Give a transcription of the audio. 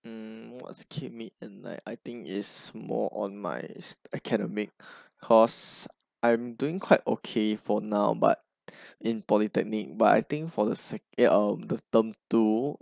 mm what's keep me at night I think is more on my academic cause I'm doing quite okay for now but in polytechnic but I think for the sake of the term two